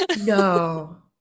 No